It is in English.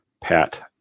Pat